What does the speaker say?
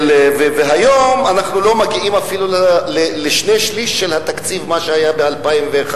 והיום אנחנו לא מגיעים אפילו לשני-שלישים של התקציב שהיה ב-2001,